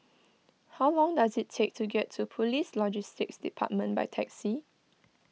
how long does it take to get to Police Logistics Department by taxi